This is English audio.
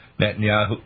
Netanyahu